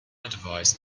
advised